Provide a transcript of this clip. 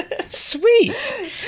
Sweet